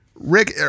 Rick